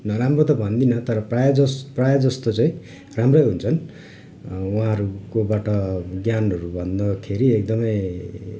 नराम्रो त भन्दिनँ तर प्रायः जस् प्रायः जस्तो चाहिँ राम्रै हुन्छन् उहाँहरूकोबाट ज्ञानहरू भन्दाखेरि एकदमै